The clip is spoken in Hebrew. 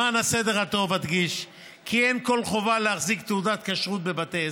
למען הסדר הטוב אדגיש כי אין כל חובה להחזיק תעודת כשרות בבתי עסק,